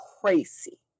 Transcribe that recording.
crazy